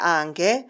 anche